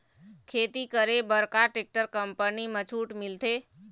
खेती करे बर का टेक्टर कंपनी म छूट मिलथे?